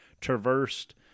traversed